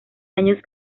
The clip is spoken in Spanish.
años